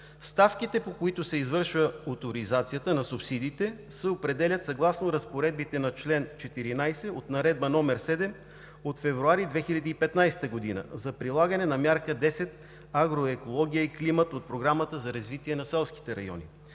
Ставките, по които се извършва оторизацията на субсидиите, се определят съгласно разпоредбите на чл. 14 от Наредба № 7 от месец февруари 2015 г. за прилагане на Мярка 10 „Агроекология и климат“ от Програмата за развитие на селските райони.